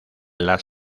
las